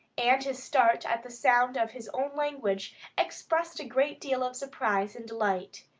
and his start at the sound of his own language expressed a great deal of surprise and delight.